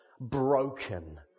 broken